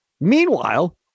Meanwhile